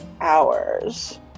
hours